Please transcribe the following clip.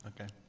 Okay